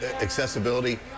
accessibility